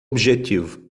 objetivo